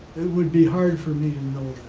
it would be hard for me to know